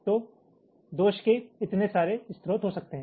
तो दोष के इतने सारे स्रोत हो सकते हैं